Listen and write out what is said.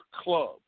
club